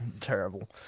Terrible